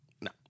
no